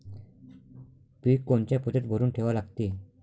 पीक कोनच्या पोत्यात भरून ठेवा लागते?